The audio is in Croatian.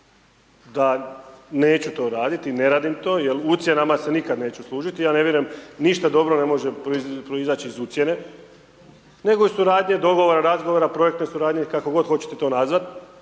da neću to raditi, ne radim to jer ucjenama se nikad neću služiti, ja ne vjerujem ništa dobro ne može proizaći iz ucjene nego iz suradnje, dogovora, razgovora, projektne suradnje, kako god hoćete to nazvat